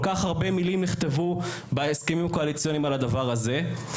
כל כך הרבה מילים נכתבו בהסכמים הקואליציוניים על הדבר הזה.